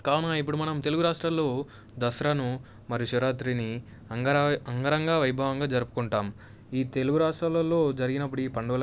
కావున ఇప్పుడు మనం తెలుగు రాష్ట్రాల్లో దసరాను మరియు శివరాత్రిని అంగరంగ వైభవంగా జరుపుకుంటాము ఈ తెలుగు రాష్ట్రాలలో జరిగినపుడు ఈ పండుగలో గానీ